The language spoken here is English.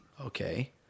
Okay